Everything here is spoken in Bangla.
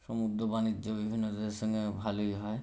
সমুদ্র বাণিজ্য বিভিন্ন দেশের সঙ্গে ভালোই হয়